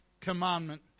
commandment